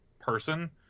person